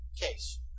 case